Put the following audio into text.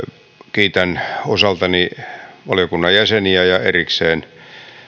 kiitän osaltani valiokunnan jäseniä ja erikseen